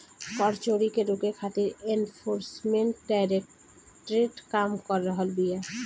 कर चोरी के रोके खातिर एनफोर्समेंट डायरेक्टरेट काम कर रहल बिया